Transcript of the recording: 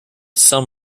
some